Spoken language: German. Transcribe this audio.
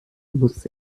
muss